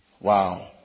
Wow